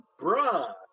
bruh